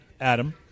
Adam